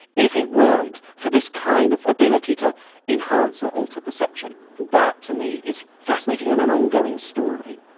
if it weren't for this kind of ability to enhance or alter perception. and that, to me, is fascinating, and an ongoing story.